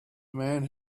man